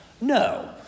No